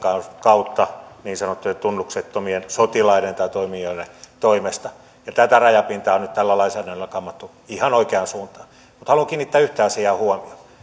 kautta niin sanottujen tunnuksettomien sotilaiden tai toimijoiden toimesta tätä rajapintaa on nyt tällä lainsäädännöllä kammattu ihan oikeaan suuntaan mutta haluan kiinnittää yhteen asiaan huomiota